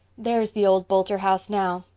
there's the old boulter house now.